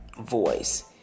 Voice